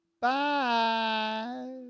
Bye